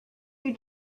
you